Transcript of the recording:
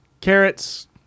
carrots